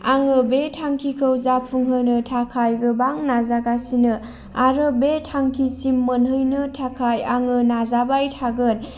आङो बे थांखिखौ जाफुंहोनो थाखाय गोबां नाजागासिनो आरो बे थांखिसिम मोनहैनो थाखाय आङो नाजाबाय थागोन